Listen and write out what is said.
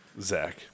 Zach